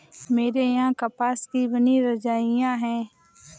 मेरे यहां कपास की बनी हुई रजाइयां है